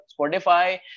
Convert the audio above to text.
spotify